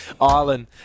Ireland